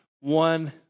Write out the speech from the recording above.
one